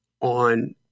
on